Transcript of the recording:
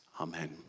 Amen